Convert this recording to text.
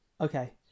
Okay